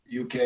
uk